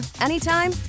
anytime